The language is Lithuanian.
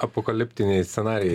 apokaliptiniai scenarijai